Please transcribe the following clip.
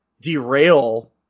derail